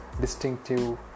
distinctive